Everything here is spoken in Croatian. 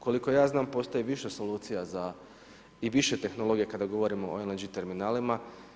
Koliko ja znam postoji više solucija za i više tehnologija kada govorimo o LNG terminalima.